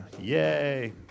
yay